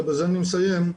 ובזה אסיים,